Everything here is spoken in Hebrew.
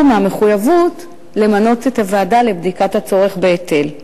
מהמחויבות למנות את הוועדה לבדיקת הצורך בהיטל.